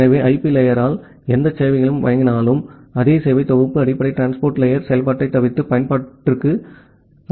எனவே ஐபி லேயரால் எந்த சேவைகளை வழங்கினாலும் அதே சேவைத் தொகுப்பு அடிப்படை டிரான்ஸ்போர்ட் லேயர் செயல்பாட்டைத் தவிர்த்து பயன்பாட்டிற்கு அனுப்பப்படுகிறது